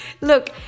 Look